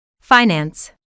Finance